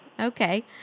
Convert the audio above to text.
Okay